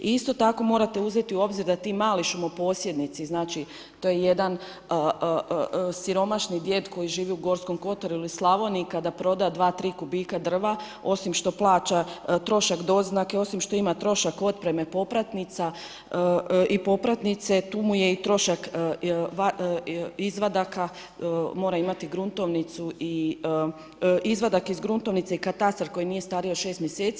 I isto tako morate uzeti u obzir da ti mali šumo posjednici, znači to je jedan siromašni djed koji živi u Gorskom kotaru ili Slavoniji kada proda dva, tri kubika drva osim što plaća trošak doznake, osim što ima trošak otpreme popratnica i popratnice tu mu je i trošak izvadaka, mora imati gruntovnicu i izvadak iz gruntovnice i katastar koji nije stariji od 6 mjeseci.